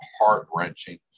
heart-wrenching